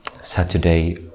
Saturday